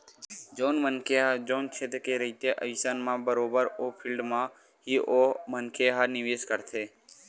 जउन मनखे ह जउन छेत्र के रहिथे अइसन म बरोबर ओ फील्ड म ही ओ मनखे ह निवेस करथे